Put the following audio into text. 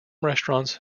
restaurants